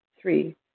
Three